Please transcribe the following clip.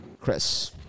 Chris